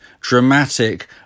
dramatic